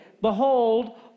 Behold